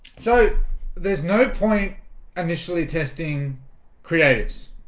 so there's no point initially testing creatives